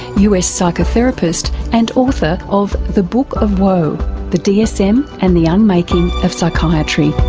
us psychotherapist and author of the book of woe the dsm and the unmaking of psychiatry.